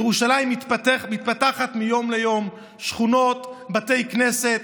ירושלים מתפתחת מיום ליום: שכונות, בתי כנסת,